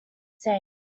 say